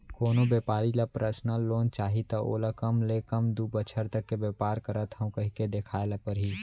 कोनो बेपारी ल परसनल लोन चाही त ओला कम ले कम दू बछर तक के बेपार करत हँव कहिके देखाए ल परही